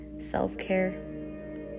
Self-care